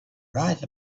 right